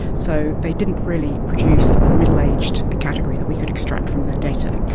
so they didn't really produce a middle-aged category that we could extract from their data.